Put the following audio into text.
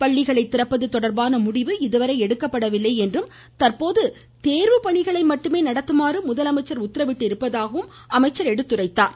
பள்ளிகளை திறப்பது தொடர்பான முடிவு இதுவரை எடுக்கப்படவில்லை என்றும் தற்போது தேர்வு பணிகளை மட்டுமே நடத்துமாறு முதலமைச்சர் உத்தரவிட்டிருப்பதாகவும் அவர் கூறினார்